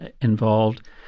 involved